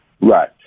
Right